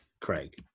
Craig